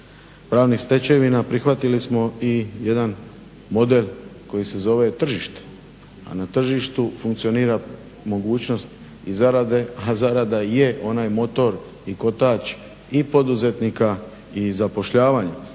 pravnih stečevina, prihvatili smo i jedan model koji se zove tržište, a na tržištu funkcionira mogućnost i zarade. A zarada je onaj motor i kotač i poduzetnika i zapošljavanja.